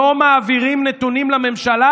לא מעבירים נתונים לממשלה.